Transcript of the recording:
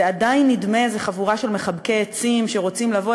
זה עדיין נדמה כמו איזו חבורה של מחבקי עצים שרוצים לבוא,